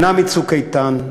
שנה מ"צוק איתן"